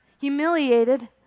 humiliated